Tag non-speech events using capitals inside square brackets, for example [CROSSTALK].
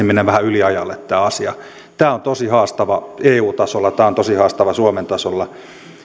[UNINTELLIGIBLE] mennä vähän yliajalle tämä asia tämä on tosi haastavaa eu tasolla tämä on tosi haastavaa suomen tasolla